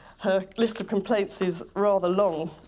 her list of complaints is rather long.